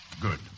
Good